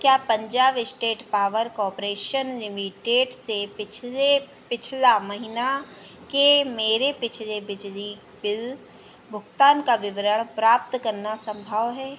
क्या Punjab state power corporation limited से पिछले पिछला महीना के मेरे पिछले बिजली बिल भुगतान का विवरण प्राप्त करना सम्भव है